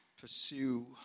pursue